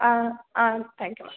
ah ah thank you ma'am